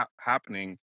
happening